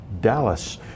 Dallas